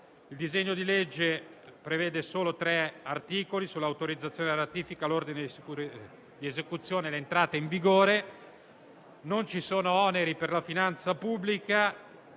Il disegno di legge prevede solo tre articoli, riguardanti l'autorizzazione alla ratifica, l'ordine di esecuzione e l'entrata in vigore del provvedimento. Non ci sono oneri per la finanza pubblica